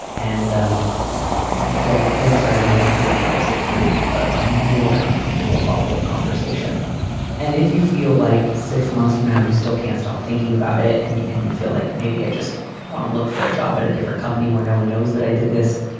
and um don't don't try to make other people sit through a more uncomfortable follow up conversation and if you feel like six months from now, you still can't stop thinking about it and you and you feel like maybe i just want to look for a job at a different company where no one knows that i did this.